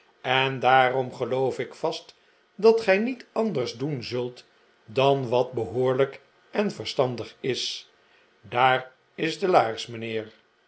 en daarom geloof ik vast dat gij niet anders doen zult dan wat behoorlijk en verstandig is daar is de laars mijnheer